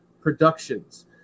Productions